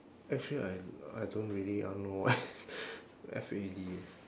actually I I don't really I don't know what is F A D eh